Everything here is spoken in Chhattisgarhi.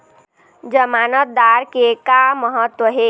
जमानतदार के का महत्व हे?